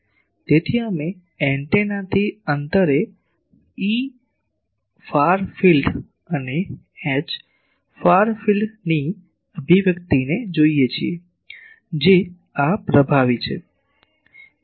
તેથી અમે એન્ટેનાથી અંતરે Efar field અને Hfar field ની અભિવ્યક્તિને જોઈએ છીએ જે આ પ્રભાવી છે